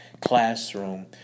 classroom